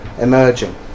emerging